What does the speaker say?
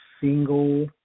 single